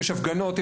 יש הפגנות,